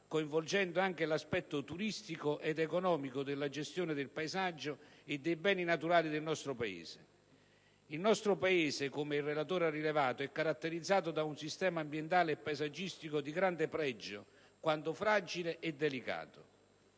coinvolgendo anche l'aspetto turistico ed economico della gestione del paesaggio e dei beni naturali del nostro Paese. Il nostro Paese, come il relatore ha rilevato, è caratterizzato da un sistema ambientale e paesaggistico di grande pregio quanto fragile e delicato.